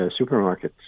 supermarkets